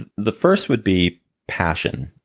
ah the first would be passion.